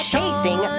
Chasing